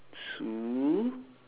two